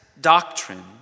doctrine